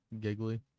giggly